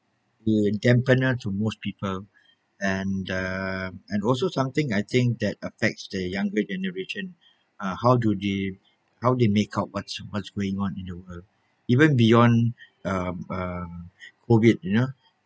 who to most people and uh and also something I think that affects the younger generation uh how do they how they make up what's what's going on in their world even beyond um um COVID you know